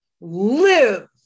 Live